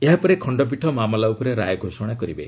ଏହାପରେ ଖଣ୍ଡପୀଠ ମାମଲା ଉପରେ ରାୟ ଘୋଷଣା କରିବେ